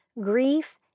Grief